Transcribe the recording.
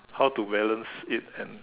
how to balance it and